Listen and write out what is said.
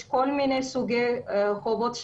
הם מעבירים לנו סוגים שונים של חובות,